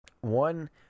one